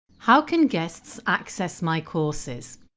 how can guests access my courses?